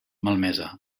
malmesa